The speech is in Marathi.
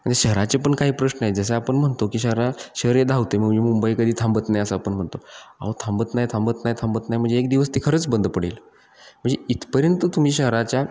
म्हणजे शहराचे पण काही प्रश्न आहे जसं आपण म्हणतो की शहरा शहर हे धावते म्हणजे मुंबई कधी थांबत नाही असं आपण म्हणतो अहो थांबत नाही थांबत नाही थांबत नाही म्हणजे एक दिवस ते खरंच बंद पडेल म्हणजे इथपर्यंत तुम्ही शहराच्या